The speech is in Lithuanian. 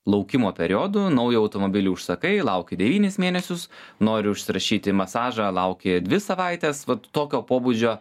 laukimo periodu naują automobilį užsakai lauki devynis mėnesius nori užsirašyt į masažą lauki dvi savaites vat tokio pobūdžio